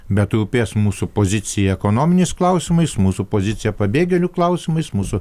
bet rūpės mūsų pozicija ekonominiais klausimais mūsų pozicija pabėgėlių klausimais mūsų